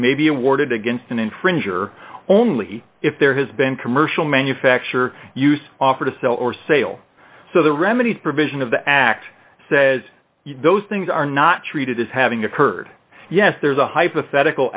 may be awarded against an infringer only if there has been commercial manufacture use offer to sell or sale so the remedies provision of the act says those things are not treated as having occurred yes there's a hypothetical